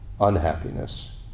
unhappiness